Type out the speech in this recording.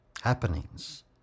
happenings